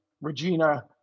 regina